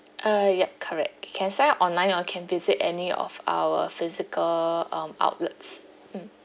uh yup correct can sign up online or can visit any of our physical um outlets mm